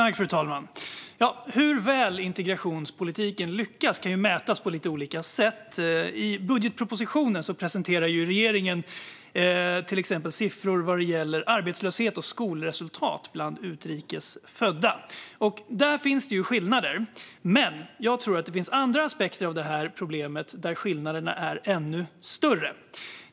Fru talman! Hur väl integrationspolitiken lyckas kan ju mätas på lite olika sätt. I budgetpropositionen presenterar regeringen siffror som gäller till exempel arbetslöshet och skolresultat för utrikesfödda. Där finns det skillnader. Jag tror dock att det finns andra aspekter på detta där skillnaderna är ännu större.